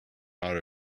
auto